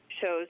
shows